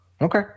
Okay